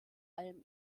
allem